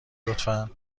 لطفا